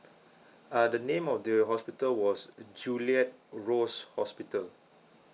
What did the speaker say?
uh the name of the hospital was juliet rose hospital